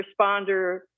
responder